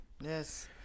Yes